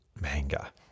manga